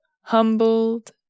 humbled